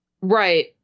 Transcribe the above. Right